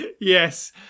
Yes